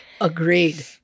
Agreed